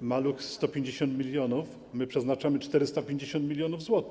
„Maluch” 150 mln zł, my przeznaczamy 450 mln zł.